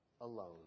alone